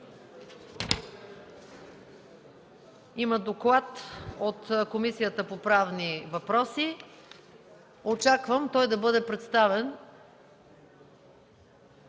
Има доклад от Комисията по правни въпроси. Очаквам той да бъде представен